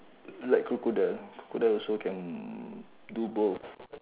like crocodile crocodile also can do both